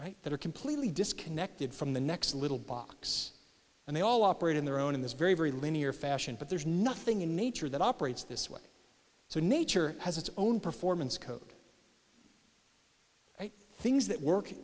right that are completely disconnected from the next little box and they all operate in their own in this very very linear fashion but there's nothing in nature that operates this way so nature has its own performance code things that work